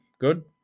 good